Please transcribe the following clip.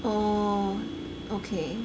oh okay